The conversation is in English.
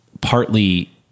partly